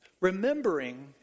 Remembering